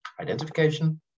identification